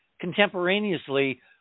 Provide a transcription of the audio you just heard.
contemporaneously